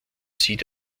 sieht